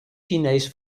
chinees